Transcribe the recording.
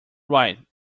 right